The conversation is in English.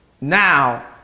now